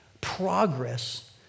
progress